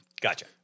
Gotcha